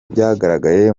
byagaragaye